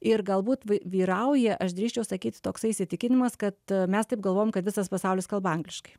ir galbūt vyrauja aš drįsčiau sakyti toks įsitikinimas kad mes taip galvojam kad visas pasaulis kalba angliškai